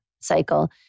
cycle